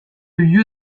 lieu